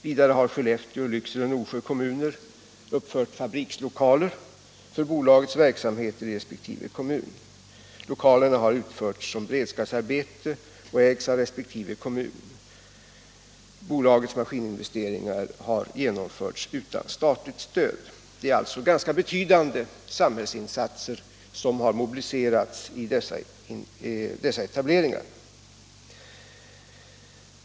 Vidare har Skellefteå, Lycksele och Norsjö kommuner uppfört fabrikslokaler för bolagets verksamheter i resp. kommun. Lokalerna har utförts som beredskapsarbete och ägs av resp. kommun. Bolagets maskininvesteringar har genomförts utan statligt stöd. Det är alltså ganska betydande samhällsinsatser som har mobiliserats genom dessa etableringar.